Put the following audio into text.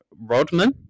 Rodman